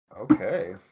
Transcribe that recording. okay